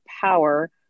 power